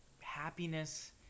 happiness